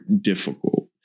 difficult